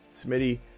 Smitty